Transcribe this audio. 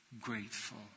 grateful